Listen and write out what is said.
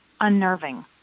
unnerving